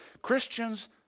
Christians